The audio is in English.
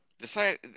Decide